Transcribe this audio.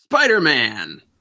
Spider-Man